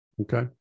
okay